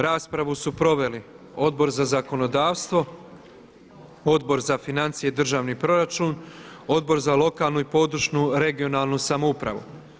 Raspravu su proveli Odbor za zakonodavstvo, Odbor za financije i državni proračun, Odbor za lokalnu i područnu regionalnu samoupravu.